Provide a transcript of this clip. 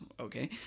okay